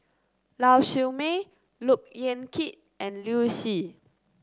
Lau Siew Mei Look Yan Kit and Liu Si